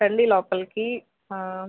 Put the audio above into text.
రండి లోపలికీ